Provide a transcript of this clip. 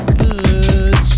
good